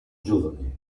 giovane